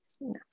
No